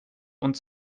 und